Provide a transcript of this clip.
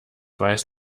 weiß